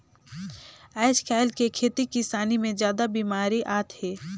आयज कायल के खेती किसानी मे जादा बिमारी आत हे